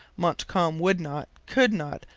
montcalm would not, could not,